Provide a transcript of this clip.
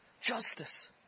Justice